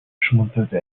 schmunzelte